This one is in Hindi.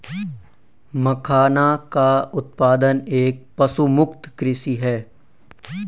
मखाना का उत्पादन एक पशुमुक्त कृषि है